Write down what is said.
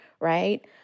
right